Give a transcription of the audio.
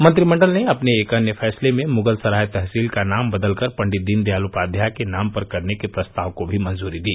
मंत्रिमंडल ने अपने एक अन्य फैंसले में मुगलसराय तहसील का नाम बदलकर पंडिल दीनदयाल उपाध्याय के नाम पर करने के प्रस्ताव को भी मंजूरी दी